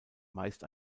meist